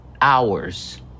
hours